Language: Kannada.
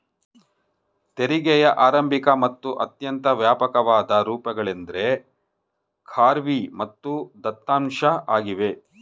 ತೆರಿಗೆಯ ಆರಂಭಿಕ ಮತ್ತು ಅತ್ಯಂತ ವ್ಯಾಪಕವಾದ ರೂಪಗಳೆಂದ್ರೆ ಖಾರ್ವಿ ಮತ್ತು ದತ್ತಾಂಶ ಆಗಿವೆ